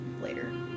later